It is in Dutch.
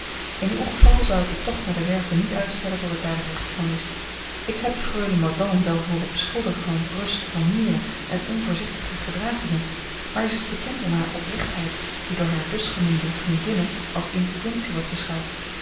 in uw geval zou ik den tocht naar de werve niet uitstellen tot ik daar het rechte van wist ik heb freule mordaunt wel hooren beschuldigen van bruske manieren en onvoorzichtige gedragingen maar zij is bekend om hare oprechtheid die door hare dusgenoemde vriendinnen als impudentie wordt beschouwd